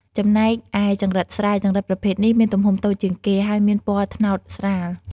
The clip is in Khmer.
ចំណែកឯចង្រិតស្រែ ចង្រិតប្រភេទនេះមានទំហំតូចជាងគេ ហើយមានពណ៌ត្នោតស្រាល។